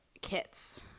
kits